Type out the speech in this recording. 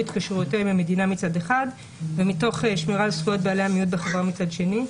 התקשרויותיה עם המדינה מצד אחד ומתוך שמירה על זכויות בעלי המיעוט מצד שני.